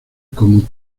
como